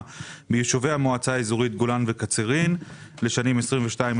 ביישובי המועצה האזורית גולן וקצרין לשנים 2025-2022,